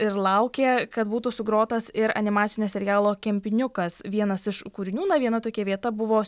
ir laukė kad būtų sugrotas ir animacinio serialo kempiniukas vienas iš kūrinių na viena tokia vieta buvo